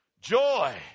Joy